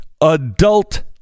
adult